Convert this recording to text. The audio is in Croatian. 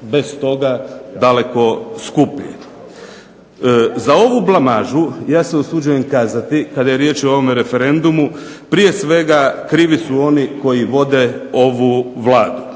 bez toga daleko skuplje. Za ovu blamažu ja se usuđujem kazati kada je riječ o ovom referendumu prije svega krivi su oni koji vode ovu Vladu.